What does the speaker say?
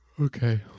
Okay